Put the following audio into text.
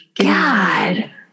God